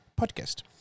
podcast